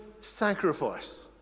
sacrifice